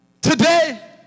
today